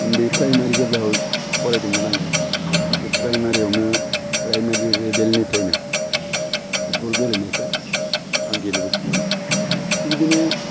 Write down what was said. उन्दै प्राइमारि जेब्ला फरायदोंमोन आङो बे प्राइमारियावनो प्राइमारि लेभेलनिफ्रायनो फुटबल गेलेनायखौ आं गेलेबोदों बेबायदिनो